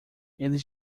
eles